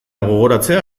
gogoratzea